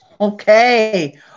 Okay